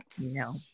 No